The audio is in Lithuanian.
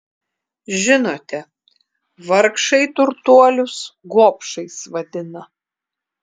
žinote vargšai turtuolius gobšais vadina